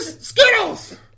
Skittles